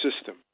system